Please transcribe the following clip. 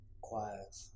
quiet